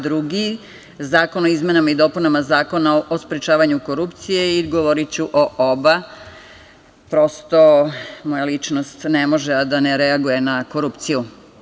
Drugi je zakon o izmenama i dopunama Zakona o sprečavanju korupcije i govoriću o oba, prosto moja ličnost ne može a da ne reaguje na korupciju.